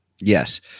Yes